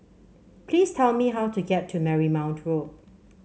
please tell me how to get to Marymount Road